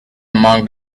among